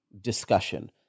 discussion